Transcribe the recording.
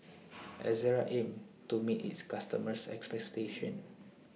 Ezerra aims to meet its customers' expectations